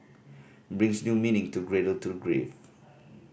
brings new meaning to cradle to grave